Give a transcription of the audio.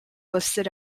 listed